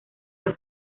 las